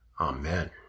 Amen